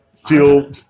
Feel